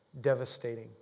devastating